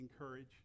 encourage